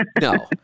no